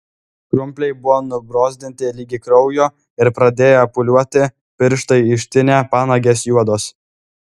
krumpliai buvo nubrozdinti ligi kraujo ir pradėję pūliuoti pirštai ištinę panagės juodos